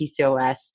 PCOS